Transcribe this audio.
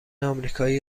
آمریکایی